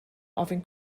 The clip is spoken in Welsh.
ofyn